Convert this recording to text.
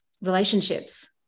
relationships